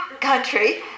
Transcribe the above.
country